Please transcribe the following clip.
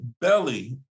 Belly